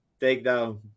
takedown